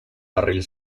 barril